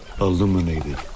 illuminated